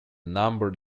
number